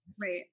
right